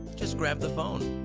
just grab the phone.